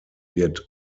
wird